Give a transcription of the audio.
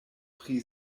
pri